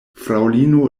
fraŭlino